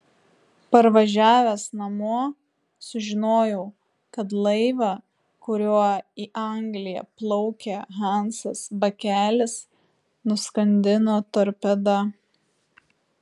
parvažiavęs namo sužinojau kad laivą kuriuo į angliją plaukė hansas bakelis nuskandino torpeda